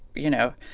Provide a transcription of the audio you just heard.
you know,